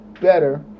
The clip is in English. better